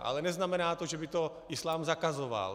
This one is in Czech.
Ale neznamená to, že by to islám zakazoval.